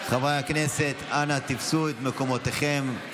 חברי הכנסת, אנא תפסו את מקומותיכם.